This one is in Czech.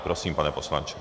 Prosím, pane poslanče.